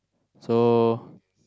so